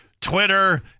Twitter